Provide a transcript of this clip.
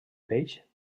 peix